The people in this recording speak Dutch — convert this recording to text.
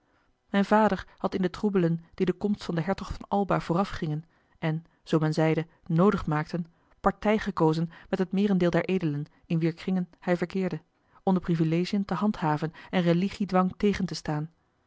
mijn vader had in de troebelen die de komst van den hertog van alba voorafgingen en zoo men zeide noodig maakten partij gekozen met het meerendeel der edelen in wier kring hij verkeerde om de privilegiën te handhaven en religiedwang tegen te staan